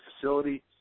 facility